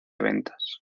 ventas